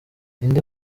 indi